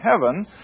heaven